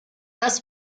das